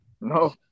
No